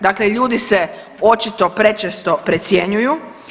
Dakle, ljudi se očito prečesto precjenjuju.